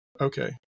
Okay